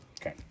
Okay